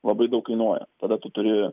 labai daug kainuoja tada tu turi